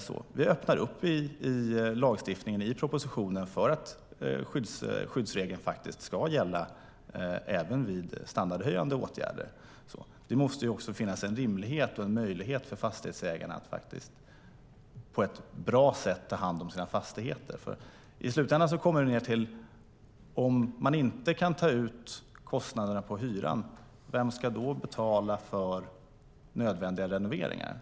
Enligt propositionen vill vi öppna upp i lagstiftningen för att skyddsregeln faktiskt ska gälla även vid standardhöjande åtgärder. Det måste finnas en möjlighet för fastighetsägarna att på ett bra sätt ta hand om sina fastigheter. Om fastighetsägarna inte kan ta ut kostnaderna på hyran, vem ska då i slutändan betala för nödvändiga renoveringar?